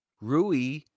Rui